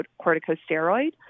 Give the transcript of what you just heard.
corticosteroid